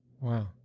Wow